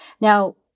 Now